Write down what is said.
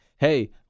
hey